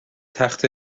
تخت